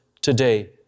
today